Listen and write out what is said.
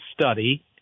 study